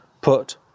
put